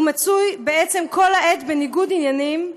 הוא מצוי בעצם כל העת בניגוד עניינים,